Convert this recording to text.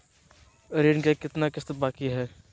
ऋण के कितना किस्त बाकी है?